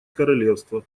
королевство